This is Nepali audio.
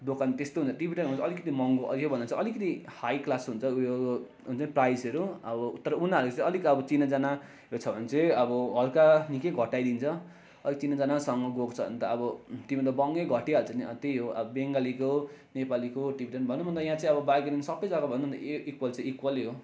दोकान त्यस्तो हुन्छ टिबिटेनभन्दा अलिकति महँगो योभन्दा चाहिँ अलिकति हाई क्लास हुन्छ उयो हुन्छ प्राइजहरू अब तर उनीहरू चाहिँ अलिक अब चिनाजानाहरू छ भने चाहिँ अब हलका निकै घटाइदिन्छ अलिक चिना जानासँग गएको छ भने त अब तिमी त बङ्गै घटिहाल्छ नि अँ त्यही हो अब बङ्गालीको नेपालीको टिबिटेन भनौँ भन्दा यहाँ चाहिँ अब बार्गेनिङ सप्पै जग्गा भनौँ न इक्वेल चाहिँ इक्वेलै हो